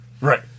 Right